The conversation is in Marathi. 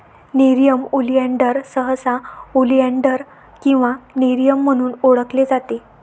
नेरियम ऑलियान्डर सहसा ऑलियान्डर किंवा नेरियम म्हणून ओळखले जाते